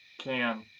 can.